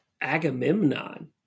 Agamemnon